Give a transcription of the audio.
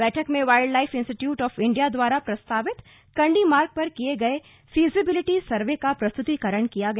बैठक में wildlife institute of India द्वारा प्रस्तावित कंडी मार्ग पर किए गए फिजीबिलिटी सर्वे का प्रस्तुतिकरण किया गया